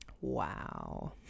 Wow